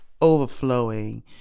overflowing